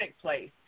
place